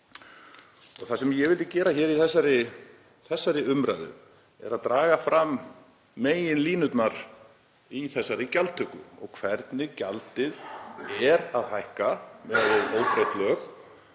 Það sem ég vildi gera hér í þessari umræðu er að draga fram meginlínurnar í þessari gjaldtöku og hvernig gjaldið er að hækka miðað við óbreytt lög,